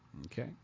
Okay